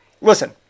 Listen